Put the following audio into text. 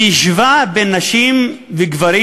שהשווה בין נשים לגברים